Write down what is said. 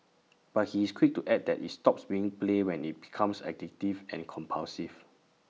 but he is quick to add that IT stops being play when IT becomes addictive and compulsive